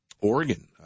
Oregon